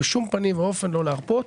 בשום פנים ואופן לא להראות.